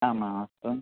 ആ മാസം